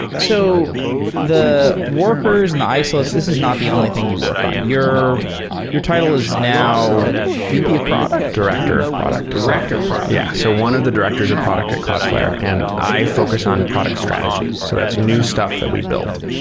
so the workers and the isolates, this is not the only thing you work on. your your title is now vp of product director of product director of product. yeah. so one of the directors or product at cloudflare, and i focus on product strategy. so that's new stuff that we build.